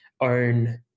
own